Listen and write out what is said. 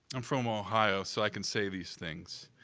i'm from ohio, so i can say these things.